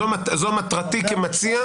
זו מטרתי כמציע,